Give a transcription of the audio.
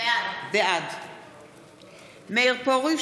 בעד מאיר פרוש,